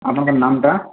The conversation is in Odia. ଆପଣଙ୍କ ନାମଟା